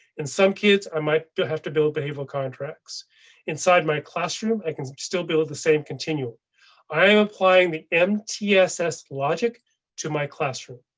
and some kids i might have to build the behavioral contracts inside my classroom. i can still build the same continuum i am applying the mtss logic to my classroom.